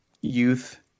youth